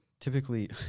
typically